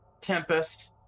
Tempest